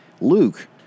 Luke